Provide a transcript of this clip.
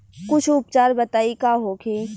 कुछ उपचार बताई का होखे?